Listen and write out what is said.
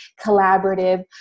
collaborative